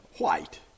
white